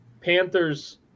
Panthers